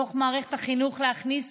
להכניס